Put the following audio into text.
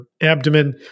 abdomen